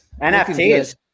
NFTs